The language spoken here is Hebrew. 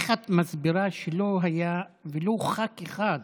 איך את מסבירה שלא היה ולו ח"כ אחד